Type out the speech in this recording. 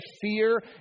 fear